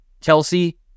Kelsey